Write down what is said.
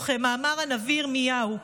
וכמאמר הנביא ירמיהו,